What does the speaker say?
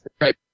Right